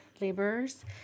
laborers